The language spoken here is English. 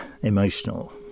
emotional